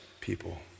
people